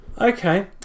Okay